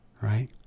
Right